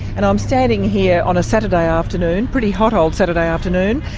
and i'm standing here on a saturday afternoon, pretty hot old saturday afternoon,